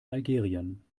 algerien